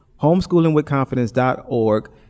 Homeschoolingwithconfidence.org